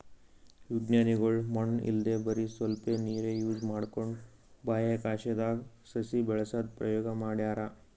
ವಿಜ್ಞಾನಿಗೊಳ್ ಮಣ್ಣ್ ಇಲ್ದೆ ಬರಿ ಸ್ವಲ್ಪೇ ನೀರ್ ಯೂಸ್ ಮಾಡ್ಕೊಂಡು ಬಾಹ್ಯಾಕಾಶ್ದಾಗ್ ಸಸಿ ಬೆಳಸದು ಪ್ರಯೋಗ್ ಮಾಡ್ತಾರಾ